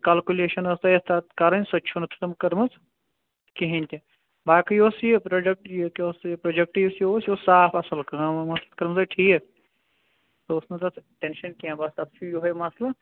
calculation ٲسۍ تۄہہِ یتھ کا کَرٕنۍ سۄتہِ چھونہٕ کٕرمٕژ کِہنۍ تہِ باقٕے اوس یہِ پروجیٚکٹ یہِ کیاہ اوس یہِ پروجیکٹ یُس یہِ اوس یہِ اوس صاف اصٕل کٲم وٲم ٲسو کٕرمٕژ تُہۍ ٹھیٖک سُہ اوس نہٕ تَتھ ٹیٚنشن کیٚنٛہہ بَس اتھ چھُ یُہے مَسلہٕ